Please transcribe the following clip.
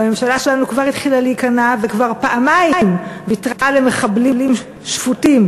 והממשלה שלנו כבר התחילה להיכנע וכבר פעמיים ויתרה למחבלים שפוטים,